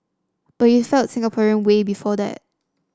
but you felt Singaporean way before that